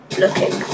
looking